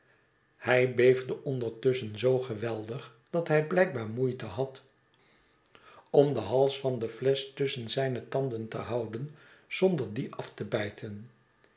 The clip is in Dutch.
hij beefde ondertusschen zoo geweldig dat hij blijkbaar moeite had om den hals van de flesch tusschen zijne tanden te houden zonder dien af te bijten